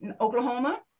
Oklahoma